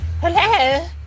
Hello